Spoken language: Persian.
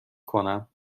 کنم